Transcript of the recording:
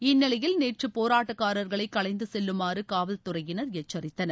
இந்நிலையில் நேற்று போராட்டக்கார்களை கலைந்து செல்லுமாறு காவல்துறையினர் எச்சரித்தனர்